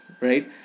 right